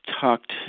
talked